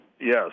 Yes